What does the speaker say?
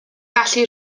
gallu